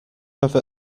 ever